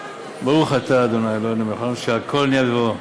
ברוך אתה ה' אלוהינו מלך העולם שהכול נהיה בדברו.